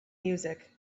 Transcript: music